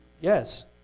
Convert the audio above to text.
Yes